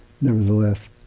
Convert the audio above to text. nevertheless